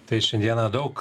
tai šiandieną daug